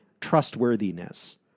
trustworthiness